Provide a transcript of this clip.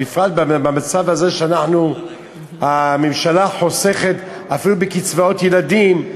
בפרט במצב הזה שהממשלה חוסכת אפילו בקצבאות ילדים,